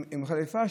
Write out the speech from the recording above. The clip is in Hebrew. עם חליפה,